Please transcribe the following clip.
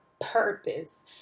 purpose